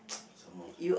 some of